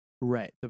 right